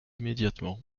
immédiatement